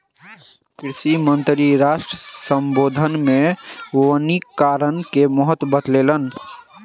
कृषि मंत्री राष्ट्र सम्बोधन मे वनीकरण के महत्त्व बतौलैन